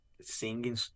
singing